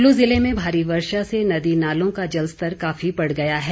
कुल्लू जिले में भारी वर्षा से नदी नालों का जलस्तर काफी बढ़ गया है